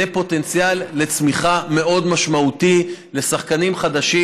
זה פוטנציאל צמיחה מאוד משמעותי לשחקנים חדשים,